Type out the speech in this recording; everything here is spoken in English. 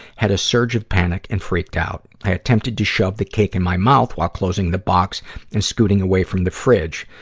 had a surge of panic, and freaked out. i attempted to shove the cake in my mouth while closing the box and scooting away from the fridge.